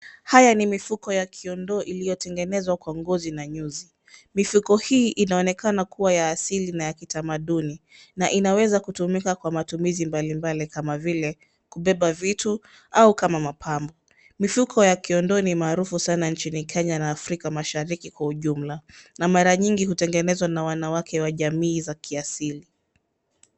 Haya ni mifuko ya kiondoo iliyotengenezwa kwa ngozi na nyuzi. Mifuko hii inaonekana kuwa ya asili na ya kitamaduni na inaweza kutumika kwa matumizi mbali mbali kama vile kubeba vitu au kama mapambo. Mifuko ya kiondoo ni maarufu sana nchini Kenya na Afrika Mashariki kwa ujumla na mara nyingi hutengenezwa na wanawake wa jamii za kiasili.